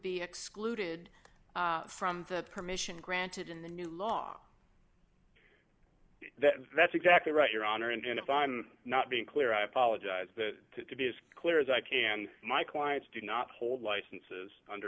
be excluded from the permission granted in the new law that's exactly right your honor and if i'm not being clear i apologize that to be as clear as i can my clients do not hold licenses under